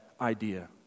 idea